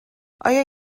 آیا